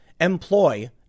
employ